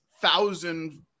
thousand